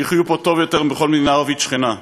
שיחיו פה טוב יותר מבכל מדינה ערבית שכנה.